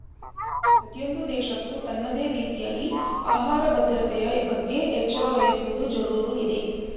ಪ್ರತಿಯೊಂದು ದೇಶಕ್ಕೂ ತನ್ನದೇ ರೀತಿಯಲ್ಲಿ ಆಹಾರ ಭದ್ರತೆಯ ಬಗ್ಗೆ ಎಚ್ಚರ ವಹಿಸುವದು ಜರೂರು ಇದೆ